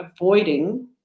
avoiding